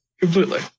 completely